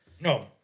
No